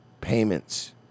payments